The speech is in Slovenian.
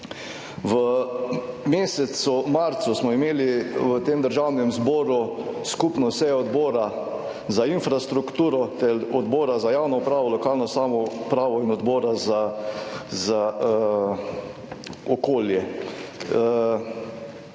V mesecu marcu smo imeli v tem Državnem zboru skupno sejo Odbora za infrastrukturo ter Odbora za javno upravo, lokalno samoupravo in Odbora za okolje.